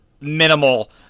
minimal